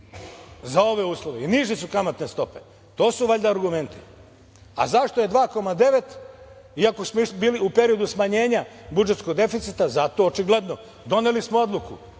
za ove uslove i niže su kamatne stope. To su valjda argumenti. A zašto je 2,9 iako smo bili u periodu smanjenja budžetskog deficita? Zato, očigledno, doneli smo odluku